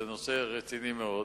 זה נושא רציני מאוד.